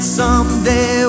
someday